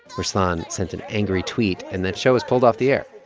ruslan sent an angry tweet, and that show was pulled off the air.